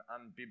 unbiblical